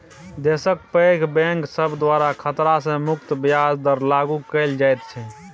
देशक पैघ बैंक सब द्वारा खतरा सँ मुक्त ब्याज दर लागु कएल जाइत छै